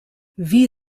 wie